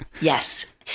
Yes